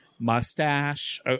Mustache